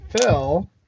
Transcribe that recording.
phil